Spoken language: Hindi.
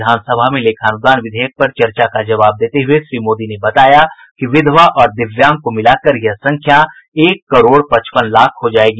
विधान सभा में लेखानुदान विधेयक पर चर्चा का जवाब देते हुये श्री मोदी ने बताया कि विधवा और दिव्यांग को मिलाकर यह संख्या एक करोड़ पचपन लाख हो जायेगी